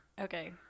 Okay